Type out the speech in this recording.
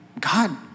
God